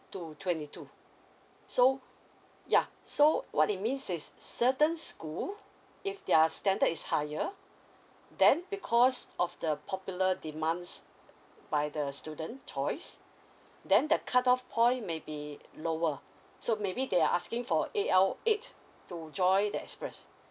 to twenty two so yeah so what it means is certain school if they're standard is higher then because of the popular demands by the students choice then the cut off point maybe lower so maybe they are asking for A_L eight to joy the express